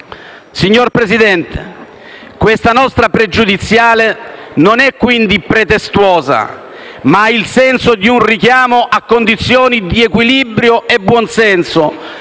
Signor Presidente, questa nostra pregiudiziale non è dunque pretestuosa, ma ha il senso di un richiamo a condizioni di equilibrio e buon senso,